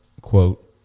quote